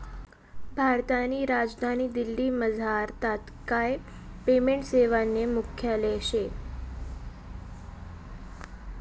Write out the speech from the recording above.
भारतनी राजधानी दिल्लीमझार तात्काय पेमेंट सेवानं मुख्यालय शे